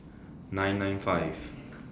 nine nine five